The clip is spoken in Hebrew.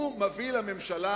אני חתמתי עליה,